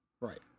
Right